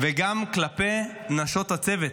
וגם כלפי נשות הצוות,